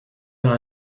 vers